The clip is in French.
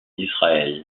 israël